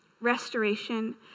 Restoration